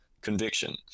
conviction